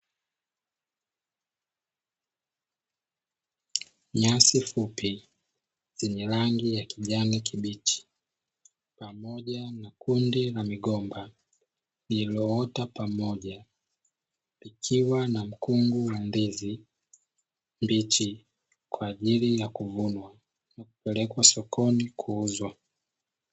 Nyasi fupi zenye rangi ya kijani kibichi pamoja na kundi la migomba iliyoota pamoja, ikiwa na mkungu wa ndizi mbichi kwa ajili ya kuvunwa na kupelekwa sokoni kuuzwa.